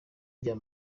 rya